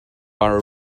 our